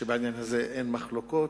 שבעניין הזה אין מחלוקות,